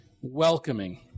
welcoming